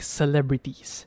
celebrities